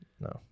no